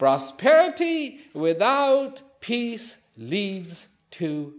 prosperity without peace leads to